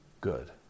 good